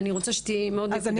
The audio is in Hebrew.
אני רוצה שתהיי מאוד נקודתית.